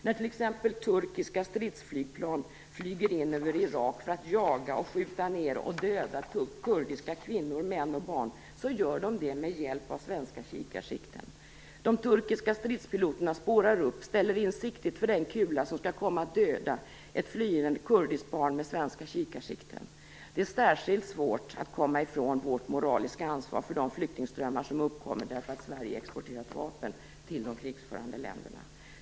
När t.ex. turkiska stridsflygplan flyger in över Irak för att jaga och skjuta ned och döda kurdiska kvinnor, män och barn gör de det med hjälp av svenska kikarsikten. De turkiska stridspiloterna spårar upp, ställer in siktet för den kula som skall komma att döda ett flyende kurdiskt barn med svenska kikarsikten. Det är särskilt svårt att komma ifrån vårt moraliska ansvar för de flyktingströmmar som uppkommer därför att Sverige exporterar vapen till de krigförande länderna.